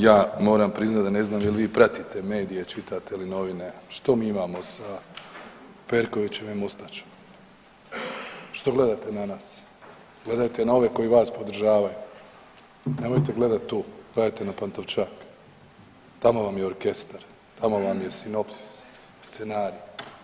Ja moram priznat da ne znam jel vi pratite medije, čitate li novine što mi imamo sa Perkovićem i MUstačem, što gledate na nas, gledajte na ove koji vas podržavaju, nemojte gledat tu gledajte na Pantovčak tamo vam je orkestar, tamo vam je sinopsis, scenarij.